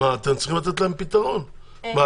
מה, אתם צריכים לתת להם פתרון.